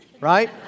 Right